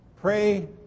Pray